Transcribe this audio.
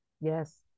Yes